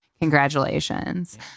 Congratulations